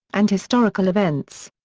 and historical events.